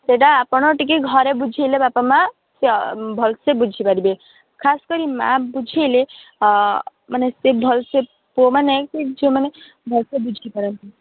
ସେଇଟା ଆପଣ ଟିକେ ଘରେ ବୁଝାଇଲେ ବାପ ମା ସିଏ ଭଲ ସେ ବୁଝି ପାରିବେ ଖାସ କରି ମା ବୁଝାଇଲେ ମାନେ ସିଏ ଭଲ ସେ ପୁଅ ମାନେ ଯେଉଁ ମାନେ ଭଲ ସେ ବୁଝି ପାରନ୍ତି